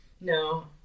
No